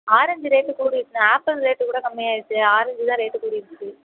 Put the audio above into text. orange rate கூடிருச்சிண்ணே apple rate கூட கம்மியாகிருச்சி ஆரேஞ்சி தான் ரேட்டு கூடிருச்சு